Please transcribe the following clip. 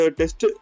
test